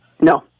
No